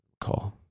Call